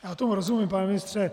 Já tomu rozumím, pane ministře.